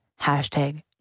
Hashtag